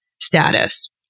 status